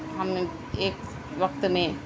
ہم ایک وقت میں